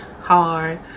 hard